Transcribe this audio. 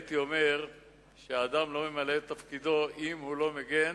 והייתי אומר שהאדם לא ממלא את תפקידו אם הוא לא מגן